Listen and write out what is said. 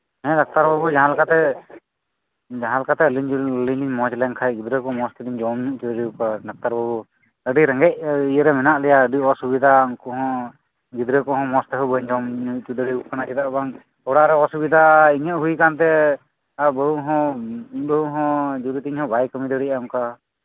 ᱦᱮᱸ ᱰᱟᱠᱛᱟᱨ ᱵᱟᱹᱵᱩ ᱡᱟᱦᱟᱸ ᱞᱮᱠᱟᱛᱮ ᱡᱟᱦᱟᱸ ᱞᱮᱠᱟᱛᱮ ᱟᱹᱞᱤᱧ ᱞᱤᱧ ᱢᱚᱸᱡᱽ ᱞᱮᱱ ᱠᱷᱟᱱ ᱜᱤᱫᱽᱨᱟᱹ ᱠᱚ ᱢᱚᱸᱡᱽ ᱛᱮᱞᱤᱧ ᱡᱚᱢ ᱧᱩ ᱦᱚᱪᱚ ᱠᱚᱣᱟ ᱰᱟᱠᱛᱟᱨ ᱵᱟᱹᱵᱩ ᱟᱹᱰᱤ ᱨᱮᱸᱜᱮᱡ ᱤᱭᱟᱹᱨᱮ ᱢᱮᱱᱟᱜ ᱞᱮᱭᱟ ᱟᱹᱰᱤ ᱚᱥᱩᱵᱤᱫᱷᱟ ᱩᱱᱠᱩ ᱦᱚᱸ ᱜᱤᱫᱽᱨᱟᱹ ᱠᱚᱦᱚᱸ ᱢᱚᱸᱡᱽ ᱛᱮ ᱵᱟᱹᱧ ᱡᱚᱢ ᱧᱩ ᱦᱚᱪᱚ ᱫᱟᱲᱮ ᱟᱠᱚ ᱠᱟᱱᱟ ᱪᱮᱫᱟᱜ ᱵᱟᱝ ᱚᱲᱟᱜ ᱨᱮᱦᱚᱸ ᱚᱥᱩᱵᱤᱫᱷᱟ ᱤᱧᱟᱹᱜ ᱦᱳᱭ ᱠᱟᱱᱛᱮ ᱟᱨ ᱵᱟᱹᱦᱩ ᱦᱚᱸ ᱤᱧ ᱵᱟᱹᱦᱩ ᱦᱚᱸ ᱡᱩᱨᱤ ᱛᱤᱧ ᱢᱟ ᱵᱟᱭ ᱠᱟᱹᱢᱤ ᱫᱟᱲᱮᱭᱟᱜᱼᱟ ᱚᱱᱠᱟ